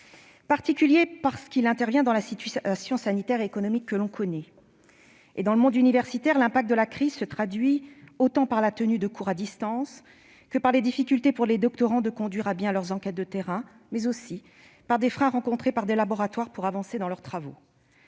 débat budgétaire intervient dans la situation sanitaire et économique que l'on connaît. Dans le monde universitaire, la crise se traduit notamment par la tenue de cours à distance, par la difficulté pour les doctorants de mener à bien leurs enquêtes de terrain, ou par les freins rencontrés par les laboratoires pour avancer dans leurs travaux.